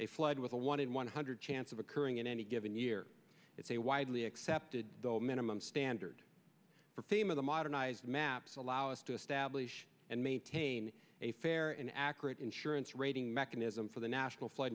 a flood with a one in one hundred chance of occurring in any given year it's a widely accepted the minimum standard for fame of the modernized maps allow us to establish and maintain a fair and accurate insurance rating mechanism for the national flood